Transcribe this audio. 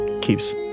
keeps